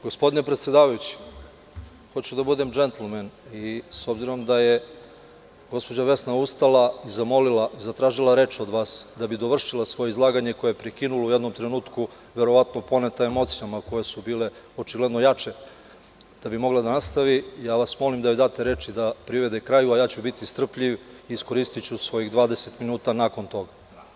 Gospodine predsedavajući, hoću da budem džentlmen i s obzirom da je gospođa Vesna ustala i zatražila reč od vas da bi završila svoje izlaganje, koje je prekinula u jednom trenutku, verovatno poneta emocijama koje su bile očigledno jače, da bi mogla da nastavi, te vas molim da joj date reč i da privede kraju, a ja ću biti strpljiv i iskoristiću svojih 20 minuta nakon toga.